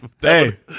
Hey